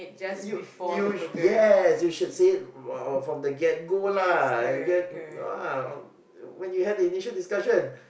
you you yes you should say it from !wow! the get go lah I get !wow! when you had the initial discussion